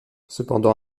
cependant